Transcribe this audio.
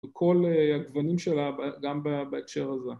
וכל הגוונים שלה גם בהקשר הזה